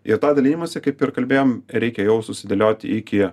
ir tą dalinimąsi kaip ir kalbėjom reikia jau susidėlioti iki